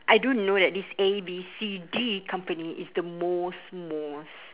I do know that this A B C D company is the most most